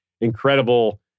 incredible